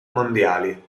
mondiali